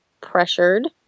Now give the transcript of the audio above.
pressured